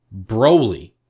broly